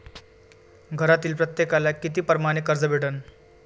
घरातील प्रत्येकाले किती परमाने कर्ज भेटन?